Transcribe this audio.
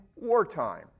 wartime